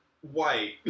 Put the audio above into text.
white